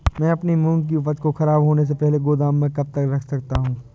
मैं अपनी मूंग की उपज को ख़राब होने से पहले गोदाम में कब तक रख सकता हूँ?